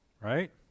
Right